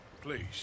Please